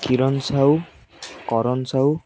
Kiren Sahu Karan Sahu